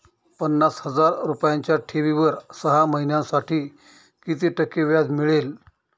पन्नास हजार रुपयांच्या ठेवीवर सहा महिन्यांसाठी किती टक्के व्याज मिळेल?